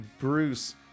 Bruce